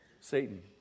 Satan